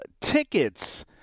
tickets